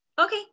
Okay